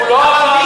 הוא לא אמר,